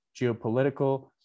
geopolitical